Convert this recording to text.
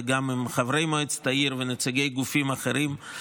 וגם עם חברי מועצת העיר ונציגי גופים אחרים.